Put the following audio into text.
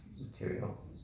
material